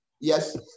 Yes